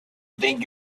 think